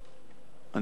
ההוראה,